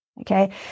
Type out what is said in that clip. okay